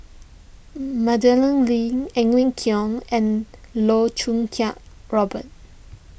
Madeleine Lee Edwin Koek and Loh Choo Kiat Robert